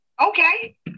Okay